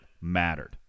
mattered